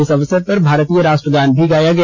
इस अवसर पर भारतीय राष्ट्रीय गान भी गाया गया